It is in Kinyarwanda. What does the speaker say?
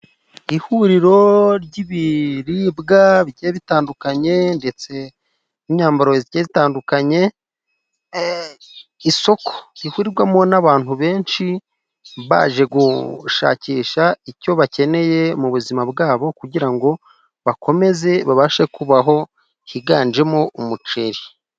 Ihuriro ry'ibiribwa bigiye bitandukanye ndetse n'imyambaro igiye itandukanye. Isoko rihurirwamo n'abantu benshi baje gushakisha icyo bakeneye mu buzima bwabo, kugira ngo bakomeze babashe kubaho, higanjemo umuceri.